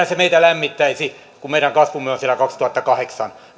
se meitä lämmittäisi kun meidän kasvumme on siellä vuoden kaksituhattakahdeksan